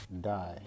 die